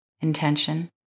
intention